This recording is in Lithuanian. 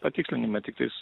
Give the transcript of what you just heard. patikslinimą tiktais